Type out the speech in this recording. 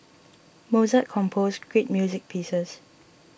Mozart composed great music pieces